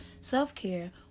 self-care